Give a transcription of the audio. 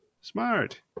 Smart